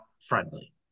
friendly